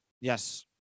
yes